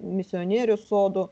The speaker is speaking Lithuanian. misionierių sodo